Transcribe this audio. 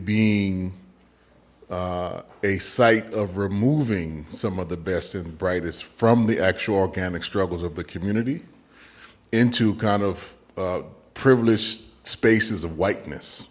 being a site of removing some of the best and brightest from the actual organic struggles of the community into kind of privileged spaces of white